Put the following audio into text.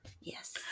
yes